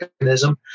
mechanism